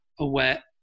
aware